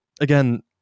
again